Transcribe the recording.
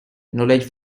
knowledge